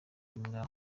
imbwa